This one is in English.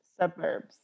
Suburbs